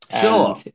sure